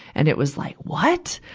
and it was like, what!